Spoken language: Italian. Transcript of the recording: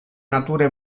nature